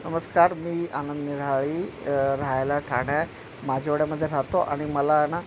नमस्कार मी आनंद निर्हाळी राहायला ठाणे माजीवडामध्ये राहतो आणि मला ना